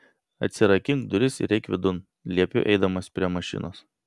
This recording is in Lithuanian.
atsirakink duris ir eik vidun liepiu eidamas prie mašinos